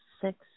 Six